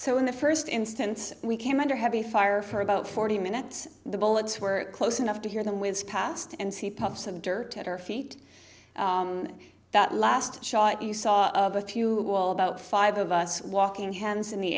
so in the first instance we came under heavy fire for about forty minutes the bullets were close enough to hear them with the past and see puffs of dirt at our feet on that last shot you saw of a few who all about five of us walking hands in the